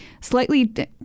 slightly